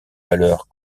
valeurs